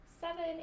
seven